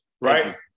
right